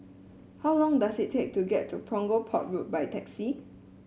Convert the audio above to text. how long does it take to get to Punggol Port Road by taxi